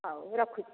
ହେଉ ରଖୁଛି